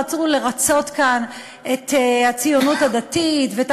רצו לרצות כאן את הציונות הדתית ואת